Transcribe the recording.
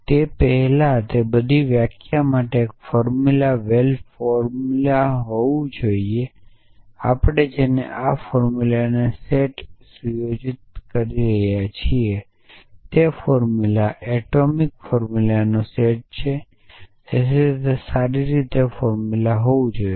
તે પહેલા તે બધી વ્યાખ્યાઓ માટે એક ફોર્મ્યુલા વેલ ફોર્મ્યુલા હોવું આવશ્યક છે જે આપણે આ ફોર્મ્યુલા સેટને સુયોજિત કરી રહ્યા છીએ તે ફોર્મુલા એટોમિક ફોર્મુલાનો સેટ છે અને તેથી તે સારી રીતે ફોર્મ્યુલા હોવું જોઈએ